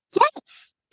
Yes